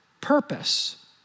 purpose